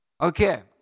Okay